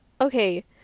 okay